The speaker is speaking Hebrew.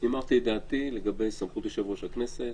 אמרתי את דעתי לגבי סמכות יושב ראש הכנסת,